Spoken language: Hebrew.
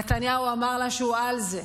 נתניהו אמר לה שהוא על זה.